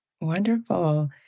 Wonderful